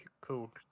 cool